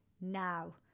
now